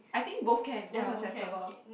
I think both can both acceptable